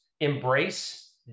embrace